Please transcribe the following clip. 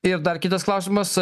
ir dar kitas klausimas